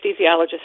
anesthesiologist